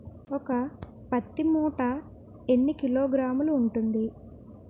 ఒక పత్తి మూట ఎన్ని కిలోగ్రాములు ఉంటుంది?